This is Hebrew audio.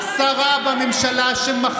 זה ניסה להמליך עלינו משפטנים ויועמ"שים,